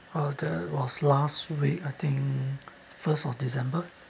uh that was last week I think first of december